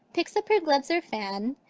picks up her gloves or fan,